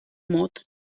mot